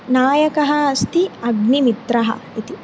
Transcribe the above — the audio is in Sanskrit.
नायकः अस्ति अग्निमित्रः इति